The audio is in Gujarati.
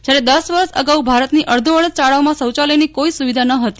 જ્યારે દસ વર્ષ અગાઉ ભારતની અડધો અડધ શાળાઓમાં શૌચાલયની કોઈ જ સુવિધા ન હતી